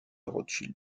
rothschild